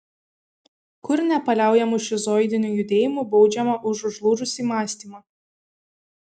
kur nepaliaujamu šizoidiniu judėjimu baudžiama už užlūžusį mąstymą